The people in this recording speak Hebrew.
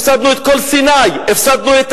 הפסדנו את כל סיני, הפסדנו את